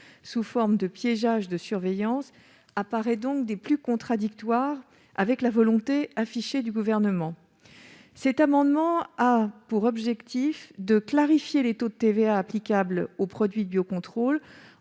sous forme de piégeage de surveillance, apparaît donc des plus contradictoires avec cette volonté affichée. Cet amendement a pour objet de clarifier les taux de TVA applicables aux produits de biocontrôle.